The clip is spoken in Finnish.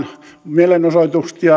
mielenosoituksia